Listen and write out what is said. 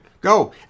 Go